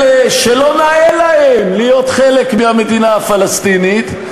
אלה שלא נאה להם להיות חלק מהמדינה הפלסטינית,